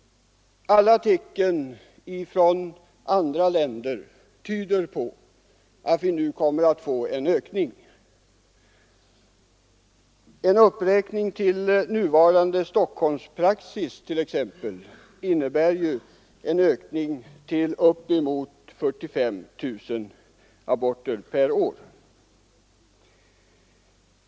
Alla tecken från andra länder tyder på att vi nu kommer att få en ytterligare ökning. En uppräkning till nuvarande Stockholmspraxis t.ex. innebär en ökning till uppemot 45 000 av det totala antalet aborter per år.